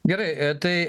gerai tai